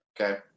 Okay